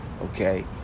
Okay